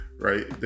right